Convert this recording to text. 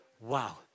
Wow